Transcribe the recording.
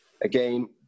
again